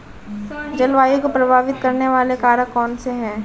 जलवायु को प्रभावित करने वाले कारक कौनसे हैं?